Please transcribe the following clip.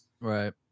Right